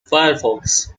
firefox